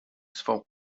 swą